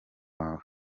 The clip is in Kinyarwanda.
wawe